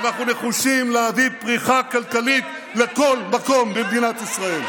ואנחנו נחושים להביא פריחה כלכלית לכל מקום במדינת ישראל.